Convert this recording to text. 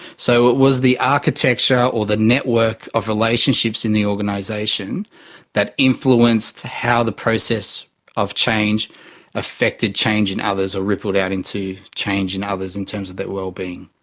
so it was the architecture or the network of relationships in the organisation that influenced how the process of change effected change in others or rippled out into change in others in terms of their wellbeing.